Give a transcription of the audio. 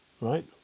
right